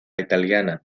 italiana